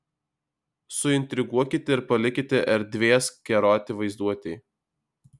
suintriguokite ir palikite erdvės keroti vaizduotei